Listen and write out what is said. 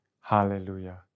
Hallelujah